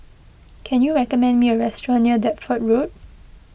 can you recommend me a restaurant near Deptford Road